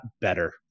better